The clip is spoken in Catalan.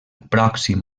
pròxim